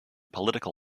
political